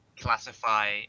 classify